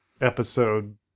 episode